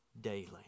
daily